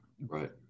Right